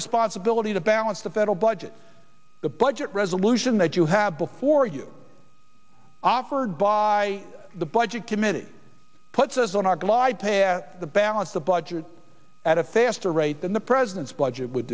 responsibility to balance the federal budget the budget resolution that you have before you offered by the budget committee puts us on our glide path the balance the budget at a faster rate than the president's budget would